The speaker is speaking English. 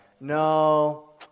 no